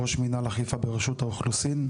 ראש מנהל אכיפה ברשות האוכלוסין.